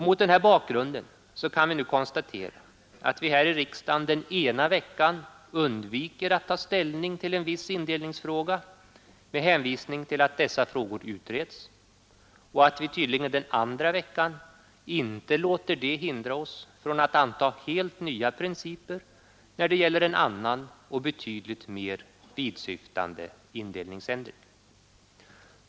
Mot denna bakgrund kan vi konstatera att vi i riksdagen den ena veckan undviker att ta ställning till en viss indelningsfråga med hänvisning till att dessa frågor utreds och att vi tydligen den andra veckan inte låter det hindra oss från att anta helt nya principer när det gäller en annan och betydligt mer vidsyftande indelningsändring.